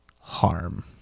harm